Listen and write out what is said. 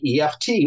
EFT